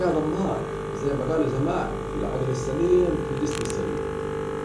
رياضي امال، وزي ما جالوا زمان العجل السليم في الجسم السليم